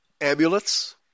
Amulets